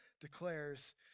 declares